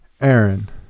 Aaron